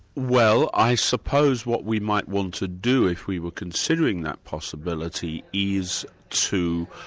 well i suppose what we might want to do if we were considering that possibility is to